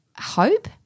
hope